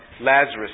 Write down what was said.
Lazarus